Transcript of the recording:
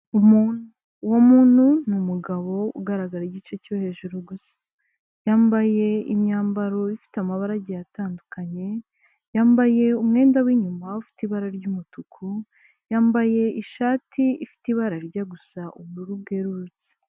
Umuntu uwo muntu ni umugabo ugaragara igice cyo hejuru gusa, yambaye imyambaro ifite amabara agiye atandukanye yambaye umwenda w'inyuma ufite ibara ry'umutuku, yambaye ishati ifite ibara rijya gusa ubururu bwererutse.